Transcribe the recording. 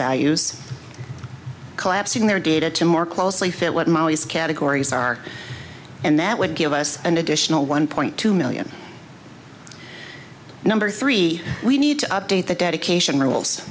values collapsing their data to more closely fit what molly's categories are and that would give us an additional one point two million number three we need to update the dedication rules